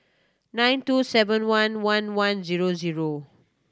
nine two seven one one one zero zero